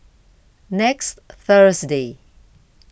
next Thursday